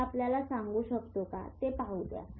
मी आपल्याला सांगू शकतो का ते पाहू द्या